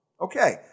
Okay